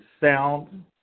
sound